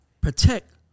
protect